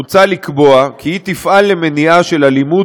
מוצע לקבוע כי היא תפעל למניעת אלימות,